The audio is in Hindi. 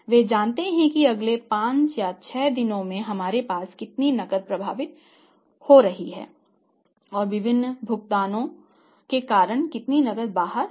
वे जानते हैं कि अगले 5 या 6 दिनों में हमारे पास कितनी नकदी प्रवाहित हो रही है और विभिन्न भुगतानों के कारण कितनी नकदी बह रही है